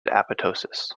apoptosis